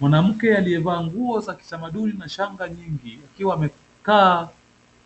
Mwanamke aliyevaa nguo za kitamaduni na shanga nyingi akiwa amekaa